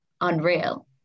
unreal